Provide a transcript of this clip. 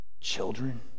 children